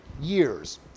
years